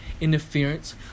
interference